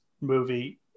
movie